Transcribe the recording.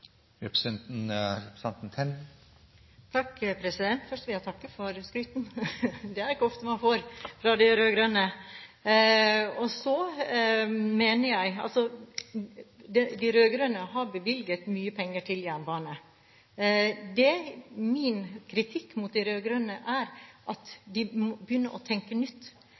Først vil jeg takke for skrytet. Det er ikke ofte man får fra de rød-grønne. De rød-grønne har bevilget mye penger til jernbane. Det min kritikk mot de rød-grønne går på, er at de må begynne å tenke nytt.